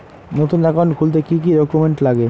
নতুন একাউন্ট খুলতে কি কি ডকুমেন্ট লাগে?